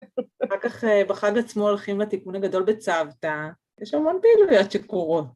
אחר כך בחג עצמו הולכים לתיקון הגדול בצוותא, יש המון פעילויות שקורות.